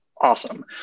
awesome